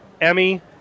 Emmy